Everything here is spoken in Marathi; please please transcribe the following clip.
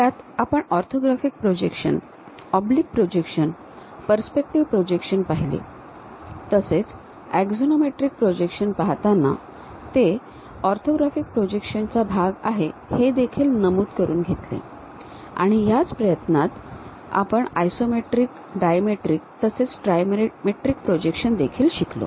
त्यात आपण orthographic projection oblique projection perspective projection पहिले तसेच एक्झोनॉमेट्रीक प्रोजेक्शन पाहताना ते ऑर्थोग्राफिक प्रोजेक्शन चा भाग आहे हे देखील नमूद करून घेतले आणि याच प्रयत्नात आपण आयसोमेट्रिक डायमेट्रिक तसेच ट्रायमेट्रिक प्रोजेक्शन देखील शिकलो